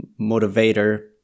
motivator